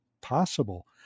possible